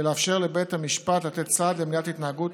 ולאפשר לבית המשפט לתת סעד למניעת ההתנהגות